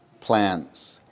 plans